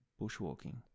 Bushwalking